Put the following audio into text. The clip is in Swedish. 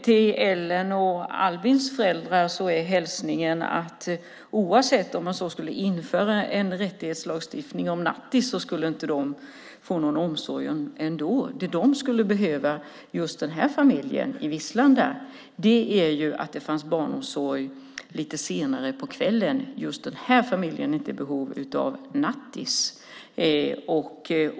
Till Ellens och Albins föräldrar är hälsningen att oavsett om det skulle införas en rättighetslagstiftning om nattis så skulle de inte få någon omsorg ändå. Men det just den här familjen i Vislanda skulle behöva är barnomsorg lite senare på kvällen. Just den här familjen är inte i behov av nattis.